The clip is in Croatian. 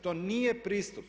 To nije pristup.